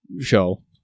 show